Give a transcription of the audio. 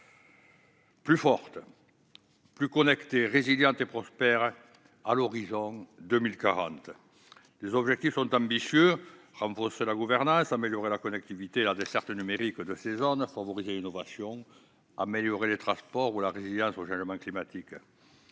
plus fortes, connectées, résilientes et prospères à l'horizon 2040 ». Ses objectifs sont ambitieux : renforcer la gouvernance, améliorer la connectivité et la desserte numérique de ces zones, favoriser l'innovation et améliorer les transports ou la résilience face aux changements climatiques.